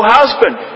husband